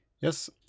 yes